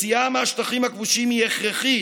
יציאה מהשטחים הכבושים היא הכרחית,